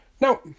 Now